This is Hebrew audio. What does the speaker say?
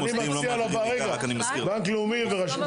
בבנקאות הפתוחה